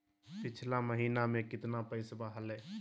पिछला महीना मे कतना पैसवा हलय?